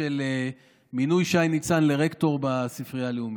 מינוי שי ניצן לרקטור בספרייה הלאומית.